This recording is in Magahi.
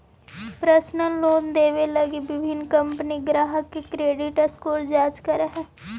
पर्सनल लोन देवे लगी विभिन्न कंपनि ग्राहक के क्रेडिट स्कोर जांच करऽ हइ